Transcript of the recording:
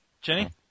Jenny